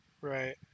Right